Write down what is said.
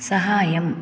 सहाय्यम्